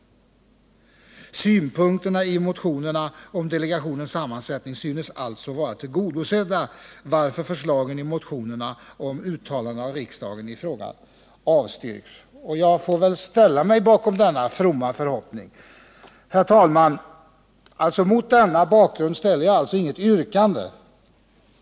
Synpunkterna i motionerna --—- om delegationens sammansättning synes alltså vara tillgodosedda, varför förslagen i motionerna om uttalanden av riksdagen i frågan avstyrks.” Jag får väl ställa mig bakom denna fromma förhoppning. Herr talman! Mot denna bakgrund ställer jag inget yrkande.